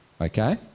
Okay